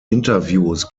interviews